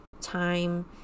time